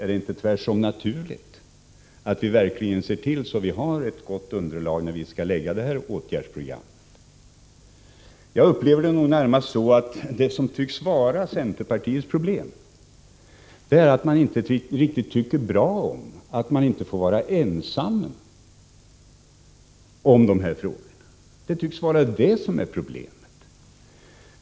Är det inte tvärtom naturligt att vi ser till att verkligen ha ett gott underlag när vi skall lägga fram förslag till åtgärdsprogram? Jag upplever det närmast så att centerpartiets problem tycks vara att man inte tycker riktigt bra om att partiet inte får vara ensamt om dessa frågor. Det tycks vara problemet.